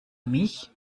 mich